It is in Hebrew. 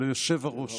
אלא היושב-ראש.